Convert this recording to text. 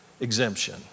exemption